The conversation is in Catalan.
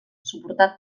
suportat